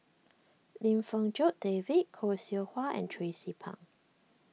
Lim Fong Jock David Khoo Seow Hwa and Tracie Pang